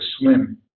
swim